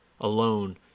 alone